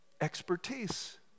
expertise